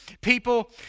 people